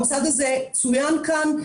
המוסד הזה צוין כאן.